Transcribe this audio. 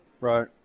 Right